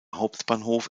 hauptbahnhof